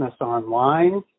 online